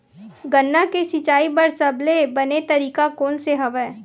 गन्ना के सिंचाई बर सबले बने तरीका कोन से हवय?